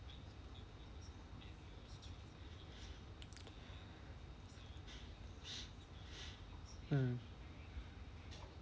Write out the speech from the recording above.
mm